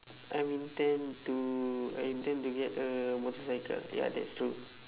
I intend to I intend to get a motorcycle ya that's true